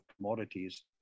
commodities